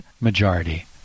majority